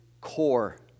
core